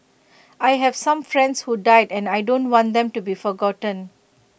I have some friends who died and I don't want them to be forgotten